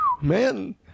man